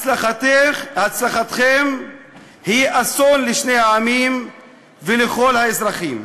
הצלחתכם היא אסון לשני העמים ולכל האזרחים.